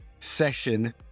session